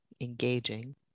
engaging